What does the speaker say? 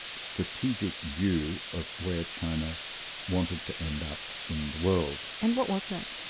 strategic view of where china wanted to end up in the world. and what was that?